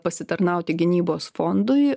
pasitarnauti gynybos fondui